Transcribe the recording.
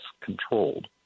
controlled